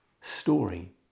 story